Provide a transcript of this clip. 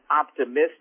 optimistic